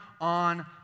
on